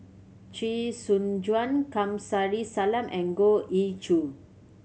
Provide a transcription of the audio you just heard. Chee Soon Juan Kamsari Salam and Goh Ee Choo